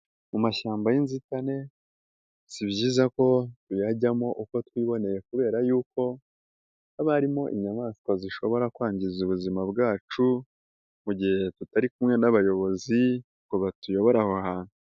Mu mashyamba y'inzitane si byiza ko tuyajyamo uko twiboneye kubera yuko haba harimo inyamaswa zishobora kwangiza ubuzima bwacu, mu gihe tutari kumwe n'abayobozi ngo batuyobore aho hantu.